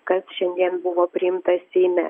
kas šiandien buvo priimta seime